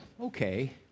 okay